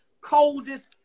coldest